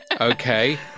okay